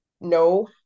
no